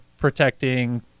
protecting